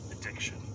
Addiction